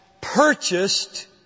purchased